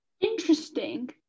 Interesting